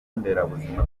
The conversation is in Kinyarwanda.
nderabuzima